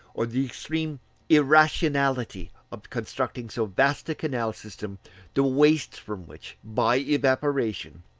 or the extreme irrationality of constructing so vast a canal-system the waste from which, by evaporation,